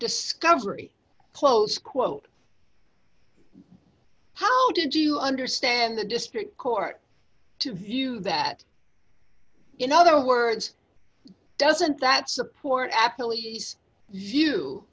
discovery close quote how did you understand the district court to view that you know other words doesn't that support absolutely you